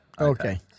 Okay